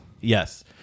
Yes